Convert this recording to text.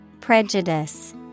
Prejudice